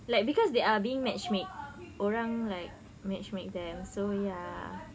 ya cause they are being matchmake orang like matchmake them so ya